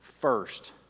first